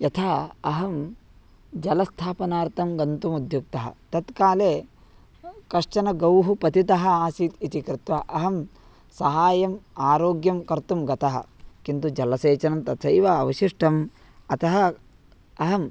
यथा अहं जलस्थापनार्थं गन्तुमुद्युक्तः तत्काले कश्चन गौः पतितः आसीत् इति कृत्वा अहं सहायम् आरोग्यं कर्तुं गतः किन्तु जलसेचनं तथैव अवशिष्टम् अतः अहं